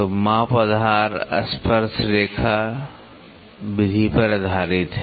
तो माप आधार स्पर्शरेखा विधि पर आधारित है